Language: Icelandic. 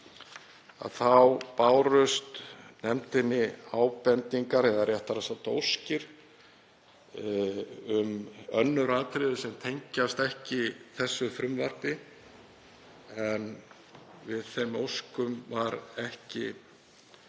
bárust nefndinni ábendingar, eða réttara sagt óskir um önnur atriði sem tengjast ekki þessu frumvarpi. Við þeim óskum var ekki